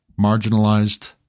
marginalized